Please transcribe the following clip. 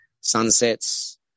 sunsets